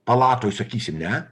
palatoj sakysim ne